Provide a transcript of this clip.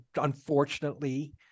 unfortunately